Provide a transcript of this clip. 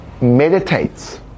meditates